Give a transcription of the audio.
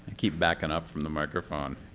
keep backing up from the microphone.